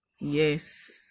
Yes